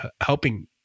helping